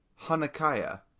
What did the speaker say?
Hanukkah